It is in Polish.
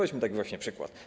Weźmy taki właśnie przykład.